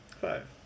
Five